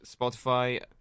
Spotify